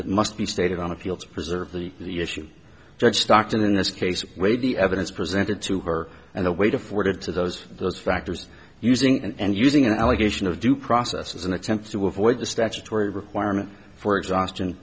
that must be stated on appeal to preserve the the issue judge stockton in this case weighed the evidence presented to her and the weight afforded to those those factors using and using an allegation of due process as an attempt to avoid the statutory requirement for exhaustion